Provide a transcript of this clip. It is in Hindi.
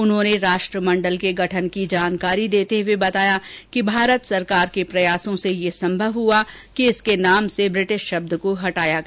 उन्होंने राष्ट्रमण्डल के गठन की जानकारी देते हुए बताया कि भारत सरकार के प्रयासों से यह संभव हुआ कि इसके नाम से ब्रिटिश शब्द को हटाया गया